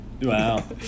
Wow